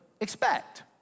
expect